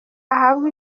ahabwe